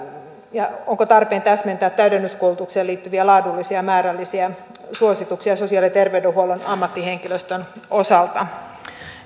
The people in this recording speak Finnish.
onko tarpeen täsmentää täydennyskoulutukseen liittyviä laadullisia ja määrällisiä suosituksia sosiaali ja terveydenhuollon ammattihenkilöstön osalta